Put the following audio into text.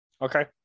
Okay